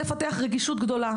לפתח רגישות גדולה.